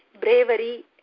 bravery